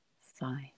five